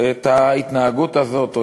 שאת ההתנהגות הזאת,